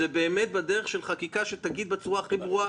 זה באמת בדרך של חקיקה שתגיד בצורה הכי ברורה: